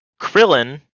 Krillin